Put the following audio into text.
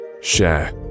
share